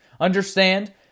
Understand